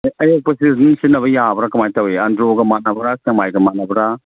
ꯑꯌꯣꯛꯄꯁꯦ ꯑꯗꯨꯝ ꯁꯤꯖꯤꯟꯅꯕ ꯌꯥꯕ꯭ꯔ ꯀꯃꯥꯏꯅ ꯇꯧꯏ ꯑꯟꯗ꯭ꯔꯣꯒ ꯃꯥꯟꯅꯕ꯭ꯔꯥ ꯁꯦꯛꯃꯥꯏꯒ ꯃꯥꯟꯅꯕ꯭ꯔꯥ